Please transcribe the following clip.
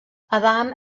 adam